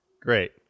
Great